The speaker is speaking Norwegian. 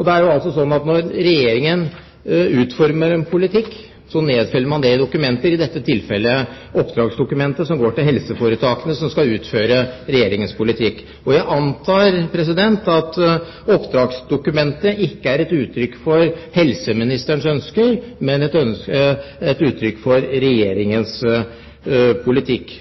Det er altså slik at når Regjeringen utformer en politikk, nedfeller man det i dokumenter, i dette tilfellet oppdragsdokumentet, som går til helseforetakene som skal utføre Regjeringens politikk. Jeg antar at oppdragsdokumentet ikke er et uttrykk for helseministerens ønske, men et uttrykk for Regjeringens politikk.